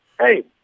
Hey